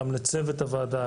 גם לצוות הוועדה,